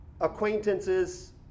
acquaintances